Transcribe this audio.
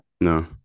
no